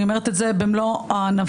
אני אומרת את זה במלוא הענווה.